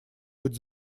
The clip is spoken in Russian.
быть